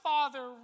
Father